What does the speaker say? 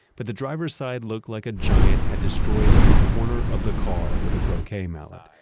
but the driver's side looks like a giant had destroyed the corner of the car with a croquet mallet,